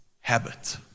habit